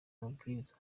amabwiriza